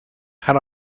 had